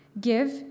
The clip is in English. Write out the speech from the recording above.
Give